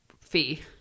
fee